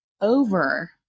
over